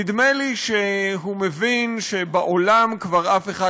נדמה לי שהוא מבין שבעולם כבר אף אחד